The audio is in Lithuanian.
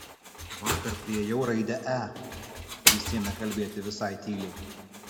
vakar priėjau raidę e jis ėmė kalbėti visai tyliai